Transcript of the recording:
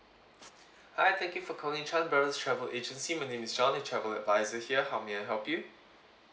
hi thank you calling chan brothers travel agency my name is john your travel advisor here how may I help you